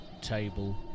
table